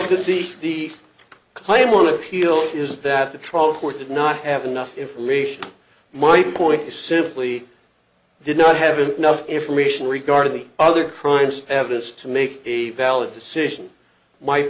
well the claim on appeal is that the trial court did not have enough information my point is simply did not have enough information regarding the other crimes evidence to make a valid decision my